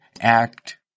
act